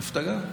איפה אתה גר?